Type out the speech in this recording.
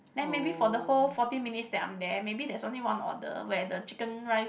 then maybe for the whole forty minutes that I'm there maybe there's only one order where the chicken rice